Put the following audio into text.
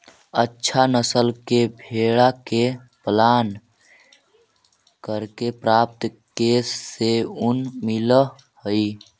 अच्छा नस्ल के भेडा के पालन करके प्राप्त केश से ऊन मिलऽ हई